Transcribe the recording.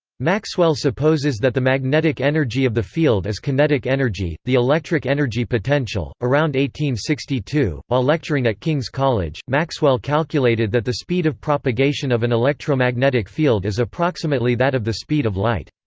maxwell supposes that the magnetic energy of the field is kinetic energy, the electric energy potential around one sixty two, while lecturing at king's college, maxwell calculated that the speed of propagation of an electromagnetic field is approximately that of the speed of light.